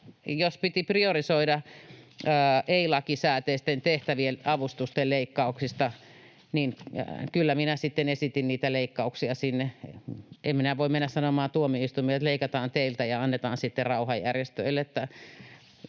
jos piti priorisoida ei-lakisääteisten tehtävien avustusten leikkauksia, niin kyllä minä sitten esitin niitä leikkauksia sinne. En minä voi mennä sanomaan tuomioistuimelle, että leikataan teiltä ja annetaan sitten rauhanjärjestöille,